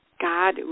god